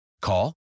Call